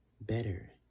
better